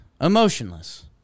Emotionless